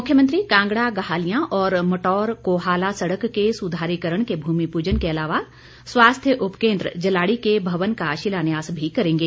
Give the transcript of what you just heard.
मुख्यमंत्री कांगड़ा गाहलियां और मटौर कोहाला सड़क के सुधारीकरण के भूमि पूजन के अलावा स्वास्थ्य उपकेंद्र जलाड़ी के भवन का शिलान्यास भी करेंगे